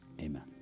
amen